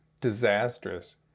disastrous